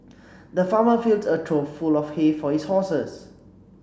the farmer filled a trough full of hay for his horses